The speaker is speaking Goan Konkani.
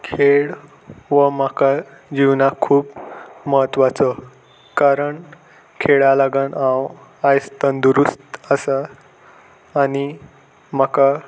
खेळ हो म्हाका जिवनाक खूब म्हत्वाचो कारण खेळा लागन हांव आयज तंदुरुस्त आसा आनी म्हाका